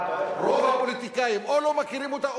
הצער רוב הפוליטיקאים או לא מכירים אותה,